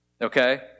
Okay